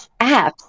apps